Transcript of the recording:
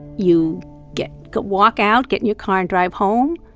you get get walk out, get in your car and drive home.